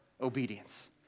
obedience